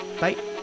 bye